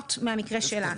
שונות מהמקרה שלנו.